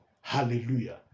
Hallelujah